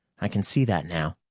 i can see that now.